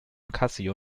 casio